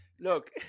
Look